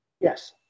Yes